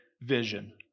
vision